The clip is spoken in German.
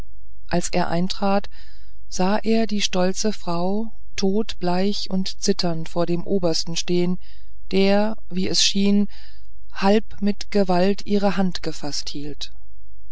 als er eintrat sah er die stolze frau todbleich und zitternd vor dem obersten stehen der wie es schien halb mit gewalt ihre hand erfaßt hielt